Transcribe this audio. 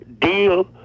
deal